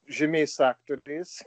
žymiais aktoriais